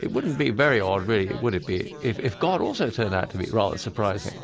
it wouldn't be very odd, really, would it be, if if god also turned out to be rather surprising.